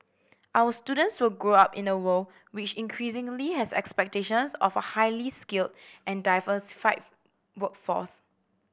our students will grow up in a world which increasingly has expectations of a highly skilled and diversified workforce